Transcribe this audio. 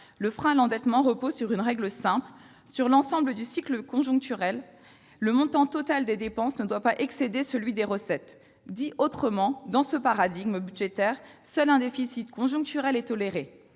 Le frein à l'endettement repose sur une règle simple :« sur l'ensemble d'un cycle conjoncturel, le montant total des dépenses ne doit pas excéder celui des recettes ». Dit autrement, dans ce paradigme budgétaire, seul un déficit conjoncturel est toléré.